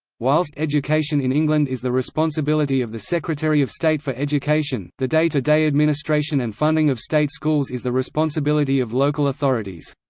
whilst education in england is the responsibility of the secretary of state for education, the day-to-day administration and funding of state schools is the responsibility of local authorities.